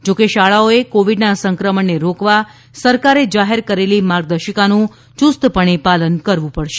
જોકે શાળાઓએ કોવિડના સંક્રમણને રોકવા સરકારે જાહેર કરેલી માર્ગદર્શિકાનું યુસ્તપણે પાલન કરવું પડશે